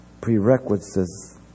prerequisites